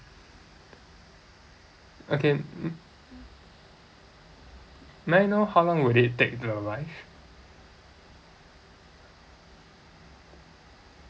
okay mm may I know how long will it take to arrive